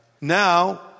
Now